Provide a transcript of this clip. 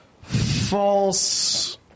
false